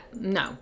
No